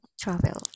travel